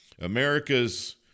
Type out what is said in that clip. America's